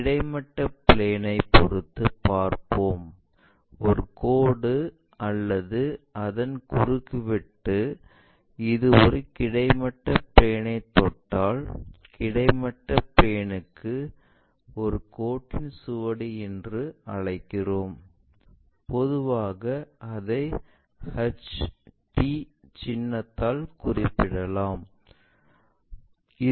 கிடைமட்ட பிளேன் ஐ பொறுத்து பார்ப்போம் ஒரு கோடு அல்லது அதன் குறுக்குவெட்டு இது ஒரு கிடைமட்ட பிளேன் ஐ தொட்டால் கிடைமட்ட பிளேன்ல் ஒரு கோட்டின் சுவடு என்று அழைக்கிறோம் பொதுவாக அதை HT சின்னத்தால் குறிக்கிறோம்